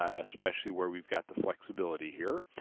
ah especially where we've got the flexibility here.